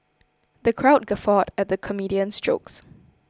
the crowd guffawed at the comedian's jokes